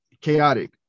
chaotic